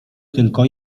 tylko